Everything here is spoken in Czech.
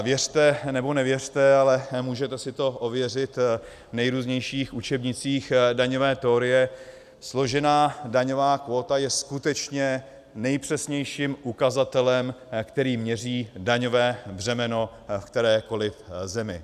Věřte, nebo nevěřte, ale můžete si to ověřit v nejrůznějších učebnicích daňové teorie, složená daňová kvóta je skutečně nejpřesnějším ukazatelem, který měří daňové břemeno v kterékoli zemi.